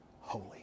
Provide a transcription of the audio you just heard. holy